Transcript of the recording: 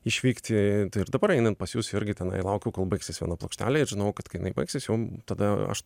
išvykti ir dabar einant pas jus irgi tenai laukiau kol baigsis viena plokštelė ir žinau kad kai jinai baigsis jau tada aš